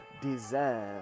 deserve